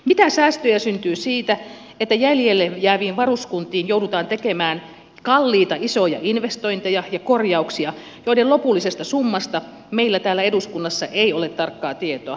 mitä säästöjä syntyy siitä että jäljelle jääviin varuskuntiin joudutaan tekemään kalliita isoja investointeja ja korjauksia joiden lopullisesta summasta meillä täällä eduskunnassa ei ole tarkkaa tietoa